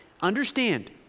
Understand